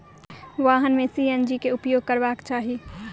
वाहन में सी.एन.जी के उपयोग करबाक चाही